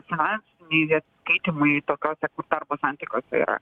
finansinėje atsiskaitymai tokiose kur darbo santykiuose yra